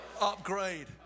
upgrade